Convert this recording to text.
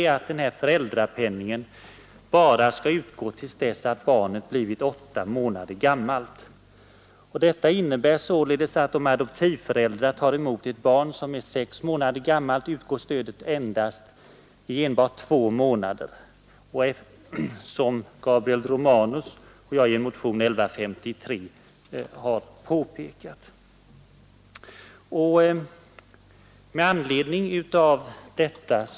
Jo, det är att föräldrapenningen skall utgå i sex månader men bara till dess att barnet blivit högst åtta månader gammalt. Det innebär sålunda att om adoptivföräldrarna tar emot ett sex månader gammalt barn, så utgår stödet bara i två månader, vilket Gabriel Romanus och jag har påpekat i motionen 1153.